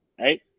right